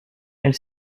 elle